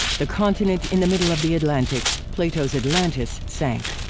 the continent in the middle of the atlantic, plato's atlantis, sank.